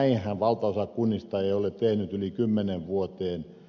näinhän valtaosa kunnista ei ole tehnyt yli kymmeneen vuoteen